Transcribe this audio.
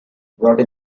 brought